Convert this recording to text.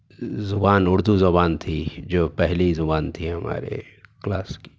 زبان اردو زبان تھی جو پہلی زبان تھی ہمارے کلاس کی